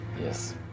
Yes